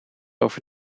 over